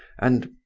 and.